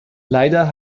leider